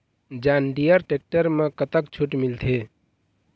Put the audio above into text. John Deere tractor म कतक छूट मिलथे?